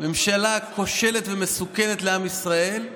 ממשלה כושלת ומסוכנת לעם ישראל,